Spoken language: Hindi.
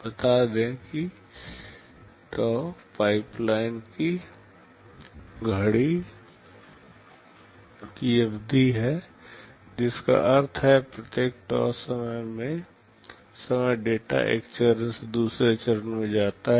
बता दें कि tau पाइपलाइन की घड़ी की अवधि है जिसका अर्थ है प्रत्येक tau समय डेटा एक चरण से दूसरे चरण में जाता है